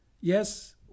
Yes